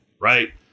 right